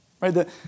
Right